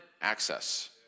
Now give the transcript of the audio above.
access